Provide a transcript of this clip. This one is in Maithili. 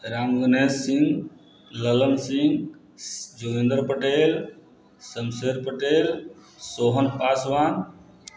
रामगुनय सिंह ललन सिंह जोगेन्द्र पटेल शमशेर पटेल सोहन पासवान